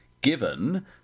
given